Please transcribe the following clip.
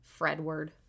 Fredward